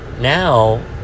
Now